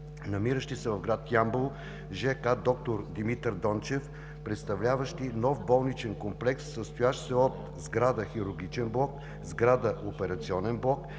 намиращи се в град Ямбол, ж.к. „Д-р Димитър Дончев“, представляващи нов болничен комплекс, състоящ се от сграда – хирургичен блок, сграда – операционен блок,